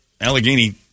Allegheny